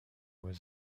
was